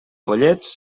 pollets